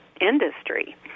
industry